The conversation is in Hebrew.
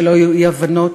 שלא יהיו אי-הבנות,